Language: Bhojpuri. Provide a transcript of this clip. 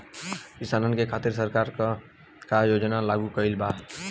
किसानन के खातिर सरकार का का योजना लागू कईले बा?